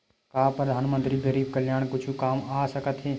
का परधानमंतरी गरीब कल्याण के कुछु काम आ सकत हे